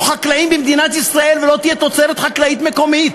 חקלאים במדינת ישראל ולא תהיה תוצרת חקלאית מקומית.